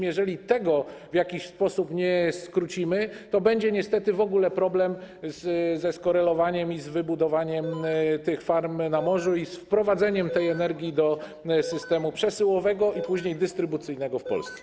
Jeżeli tego w jakiś sposób nie skrócimy, to będzie niestety w ogóle problem ze skorelowaniem i z wybudowaniem farm na morzu i z wprowadzeniem tej energii do systemu przesyłowego i później dystrybucyjnego w Polsce.